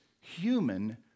human